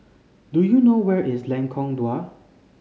do you know where is Lengkong Dua